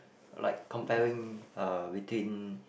like comparing uh between